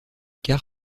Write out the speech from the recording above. car